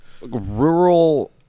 rural